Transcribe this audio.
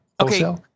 Okay